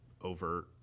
overt